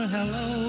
Hello